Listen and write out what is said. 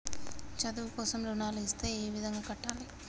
చదువు కోసం రుణాలు ఇస్తే ఏ విధంగా కట్టాలి?